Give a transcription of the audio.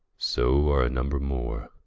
so are a number more